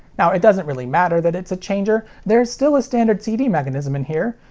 now it doesn't really matter that it's a changer, there's still a standard cd mechanism in here,